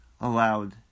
allowed